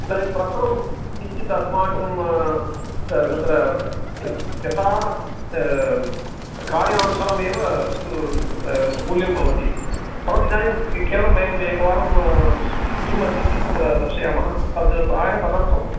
इदानीं प्रथमं किञ्चित् अस्माकं तत्र यथा कार्यानुसारमेव तत्र मूल्यं भवति परन्तु इदानीं केवलं वयम् एकवारं किम् अस्ति इति तत्र दर्शयामः तद् प्रायः तदर्थम्